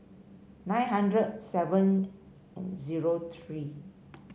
nine hundred seven zero three